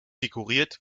dekoriert